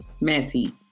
messy